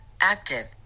Active